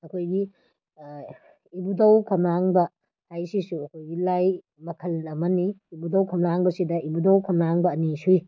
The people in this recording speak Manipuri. ꯑꯩꯈꯣꯏꯒꯤ ꯏꯕꯨꯗꯧ ꯈꯝꯂꯥꯡꯕ ꯍꯥꯏꯁꯤꯁꯨ ꯑꯩꯈꯣꯏꯒꯤ ꯂꯥꯏ ꯃꯈꯜ ꯑꯃꯅꯤ ꯏꯕꯨꯗꯧ ꯈꯝꯂꯥꯡꯕꯁꯤꯗ ꯏꯕꯨꯗꯧ ꯈꯝꯂꯥꯡꯕ ꯑꯅꯤ ꯁꯨꯏ